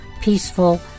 peaceful